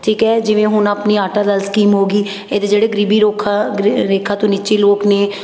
ਠੀਕ ਹੈ ਜਿਵੇਂ ਹੁਣ ਆਪਣੀ ਆਟਾ ਦਾਲ ਸਕੀਮ ਹੋ ਗਈ ਇਹਦੇ ਜਿਹੜੇ ਗਰੀਬੀ ਰੁੱਖ ਗ੍ਰੇ ਰੇਖਾ ਤੋਂ ਨੀਚੇ ਲੋਕ ਨੇ